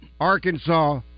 Arkansas